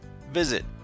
Visit